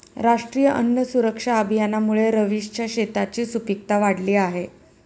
राष्ट्रीय अन्न सुरक्षा अभियानामुळे रवीशच्या शेताची सुपीकता वाढली आहे